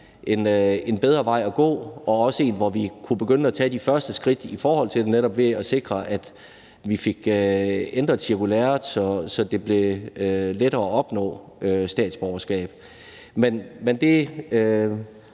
en bedre vej at gå, og det ville også være en vej, hvor vi kunne begynde at tage de første skridt til netop at sikre, at vi fik ændret cirkulæret, så det blev lettere at opnå statsborgerskab. Men med